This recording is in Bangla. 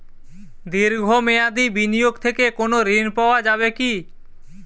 দীর্ঘ মেয়াদি বিনিয়োগ থেকে কোনো ঋন পাওয়া যাবে কী?